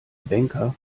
banker